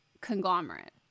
conglomerate